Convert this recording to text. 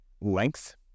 length